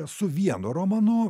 su vienu romanu